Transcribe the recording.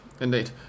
Indeed